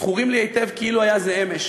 זכורים לי היטב, כאילו היה זה אמש,